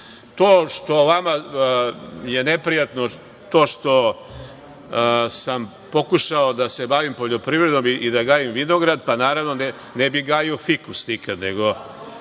To što je vama neprijatno to što sam pokušao da se bavim poljoprivredom i da gajim vinograd, pa ne bi gajio fikus nikada, vinograd